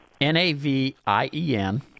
N-A-V-I-E-N